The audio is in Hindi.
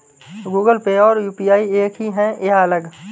गूगल पे और यू.पी.आई एक ही है या अलग?